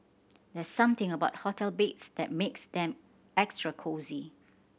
there's something about hotel beds that makes them extra cosy